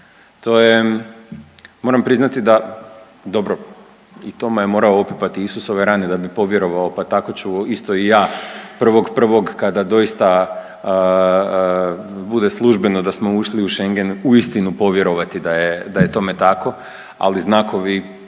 To je, moram priznati da, dobro i Toma je moramo opipati Isusove rane da bi povjerovao, pa tako ću isto i ja 1.1. kada doista bude službeno da smo ušli u Schengen uistinu povjerovati da je, da je tome tako, ali znakovi